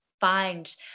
find